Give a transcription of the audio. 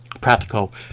practical